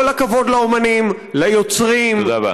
כל הכבוד לאמנים, ליוצרים, תודה רבה.